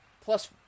Plus